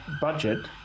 budget